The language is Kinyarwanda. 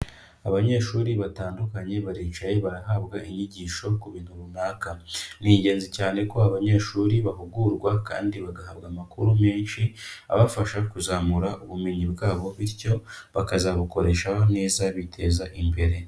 Abanyeshuri batandukanye baricaye barahabwa inyigisho ku bintu runaka. Ni ingenzi cyane ko abanyeshuri bahugurwa kandi bagahabwa amakuru menshi, abafasha kuzamura ubumenyi bwabo, bityo bakazabukoreshaho neza, biteza imbere.